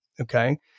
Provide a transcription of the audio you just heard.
okay